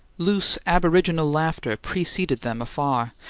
loose, aboriginal laughter preceded them afar,